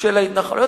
של ההתנחלויות,